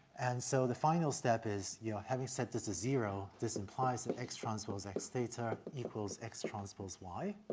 and so the final step is, you know, having set this to zero, this implies that x transpose x theta equals x transpose y.